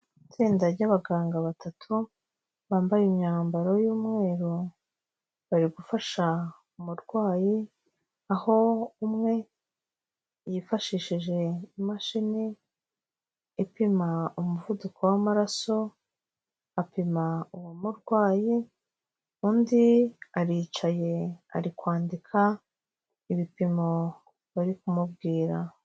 Itsinda ry'abaganga batatu, bambaye imyambaro y'umweru, bari gufasha umurwayi, aho umwe yifashishije imashini ipima umuvuduko w'amaraso, apima uwo murwayi, undi aricaye ari kwandika, ibipimo bari kumubwira.